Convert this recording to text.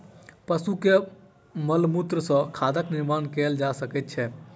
पशु के मलमूत्र सॅ खादक निर्माण कयल जा सकै छै